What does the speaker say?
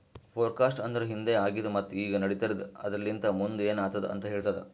forecast ಅಂದುರ್ ಹಿಂದೆ ಆಗಿದ್ ಮತ್ತ ಈಗ ನಡಿತಿರದ್ ಆದರಲಿಂತ್ ಮುಂದ್ ಏನ್ ಆತ್ತುದ ಅಂತ್ ಹೇಳ್ತದ